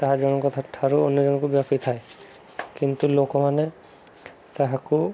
ତାହା ଜଣଙ୍କ ଠାରୁ ଅନ୍ୟ ଜଣଙ୍କୁ ବ୍ୟାପି ଥାଏ କିନ୍ତୁ ଲୋକମାନେ ତାହାକୁ